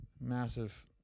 massive